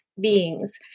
beings